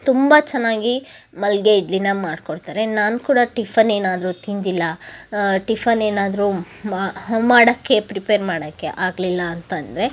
ತುಂಬ ಚೆನ್ನಾಗಿ ಮಲ್ಲಿಗೆ ಇಡ್ಲಿನ ಮಾಡಿಕೊಡ್ತಾರೆ ನಾನೂ ಕೂಡ ಟಿಫನ್ ಏನಾದ್ರೂ ತಿಂದಿಲ್ಲ ಟಿಫನ್ ಏನಾದರೂ ಮಾಡೋಕ್ಕೆ ಪ್ರಿಪೇರ್ ಮಾಡೋಕ್ಕೆ ಆಗಲಿಲ್ಲ ಅಂತಂದರೆ